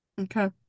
Okay